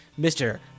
mr